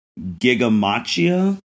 Gigamachia